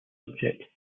object